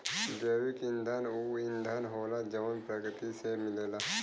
जैविक ईंधन ऊ ईंधन होला जवन प्रकृति से मिलेला